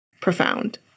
profound